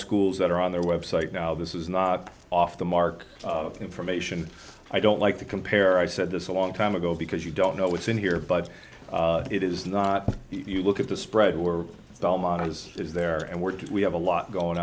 schools that are on their web site now this is not off the mark of the information i don't like to compare i said this a long time ago because you don't know what's in here but it is not if you look at the spread we're all manas is there and we're just we have a lot going